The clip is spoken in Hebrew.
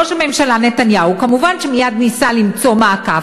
ראש הממשלה נתניהו כמובן מייד ניסה למצוא מעקף.